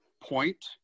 point